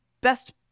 best